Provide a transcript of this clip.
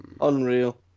unreal